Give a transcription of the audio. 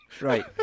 Right